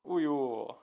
!aiyo!